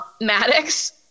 Maddox